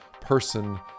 person